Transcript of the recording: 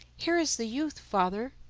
here is the youth, father,